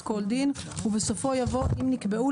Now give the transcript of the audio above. כל דין" ובסופו יבוא "" אם נקבעו,